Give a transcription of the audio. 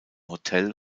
hotel